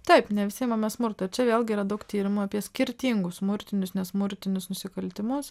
taip ne visi imamės smurto čia vėlgi yra daug tyrimų apie skirtingus smurtinius nesmurtinius nusikaltimus